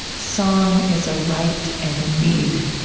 song is a right and need.